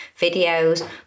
videos